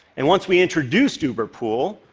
and once we introduced uberpool,